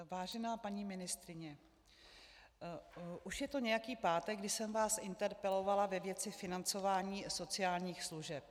Vážená paní ministryně, už je to nějaký pátek, kdy jsem vás interpelovala ve věci financování sociálních služeb.